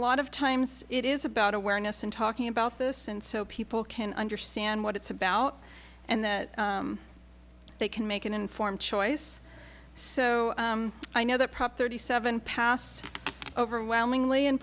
lot of times it is about awareness and talking about this and so people can understand what it's about and that they can make an informed choice so i know that prop thirty seven passed overwhelmingly